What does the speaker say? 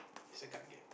it's a card game